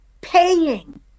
paying